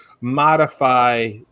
modify